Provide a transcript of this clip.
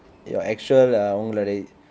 your actual uh உங்களுடைய:ungaludaya